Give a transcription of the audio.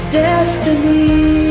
destiny